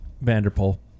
Vanderpool